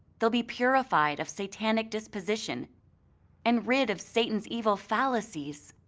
they'll be purified of satanic disposition and rid of satan's evil fallacies.